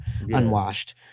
unwashed